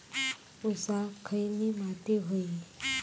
ऊसाक खयली माती व्हयी?